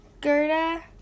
Gerda